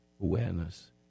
awareness